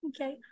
Okay